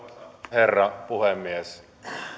herra puhemies